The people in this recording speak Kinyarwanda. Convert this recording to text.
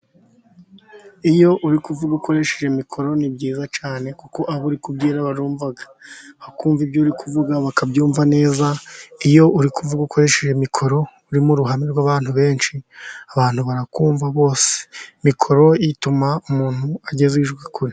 Iyo uri kuvuga ukoresheje mikoro ni byiza cyane kuko abo uri kubwira barumva, bakumva ibyo uri kuvuga bakabyumva neza. Iyo uri kuvuga ukoresheje mikoro uri mu uruhame rw'abantu benshi, abantu barakumva bose. Mikoro ituma umuntu ageza ijwi kure.